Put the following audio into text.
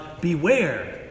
beware